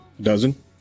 dozen